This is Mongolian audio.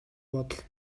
бодол